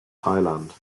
thailand